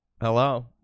Hello